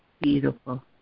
Beautiful